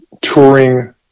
touring